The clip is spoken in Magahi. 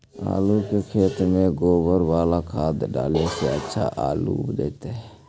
आलु के खेत में गोबर बाला खाद डाले से अच्छा आलु उपजतै?